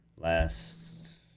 Last